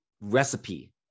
recipe